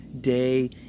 day